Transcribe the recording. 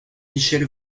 michel